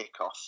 kickoff